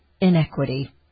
inequity